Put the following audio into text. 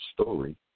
story